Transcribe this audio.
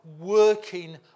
working